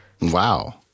Wow